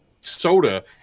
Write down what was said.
soda